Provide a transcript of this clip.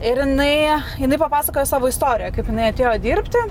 ir jinai jinai papasakojo savo istoriją kaip jinai atėjo dirbti